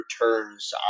returns